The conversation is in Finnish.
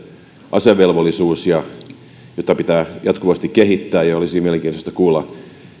asevelvollisuus jota pitää jatkuvasti kehittää ja olisi mielenkiintoista kuulla